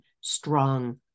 strong